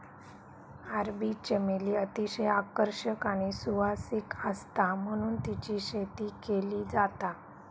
अरबी चमेली अतिशय आकर्षक आणि सुवासिक आसता म्हणून तेची शेती केली जाता